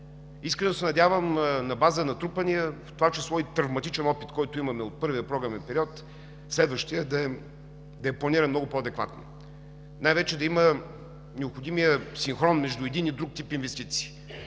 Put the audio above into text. Искрено се надявам на база натрупания, в това число и травматичен, опит, който имаме от първия програмен период, следващият да е планиран много по-адекватно. Най-вече да има необходимия синхрон между един и друг тип инвестиции.